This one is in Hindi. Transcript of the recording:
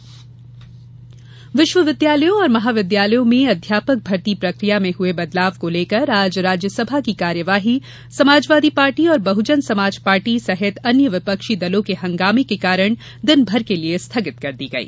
राज्यसभा कार्यवाही स्थगित विश्वविद्यालयों और महाविद्यालयों में अध्यापक भर्ती प्रक्रिया में हुए बदलाव को लेकर आज राज्यसभा की कार्यवाही समाजवादी पार्टी और बहुजन समाज पार्टी सहित अन्य विपक्षी दलों के हंगामें के कारण दिनभर के लिये स्थगित कर दी गई